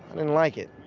and like it.